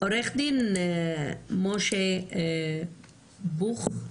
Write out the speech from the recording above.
עורך דין משה בוך,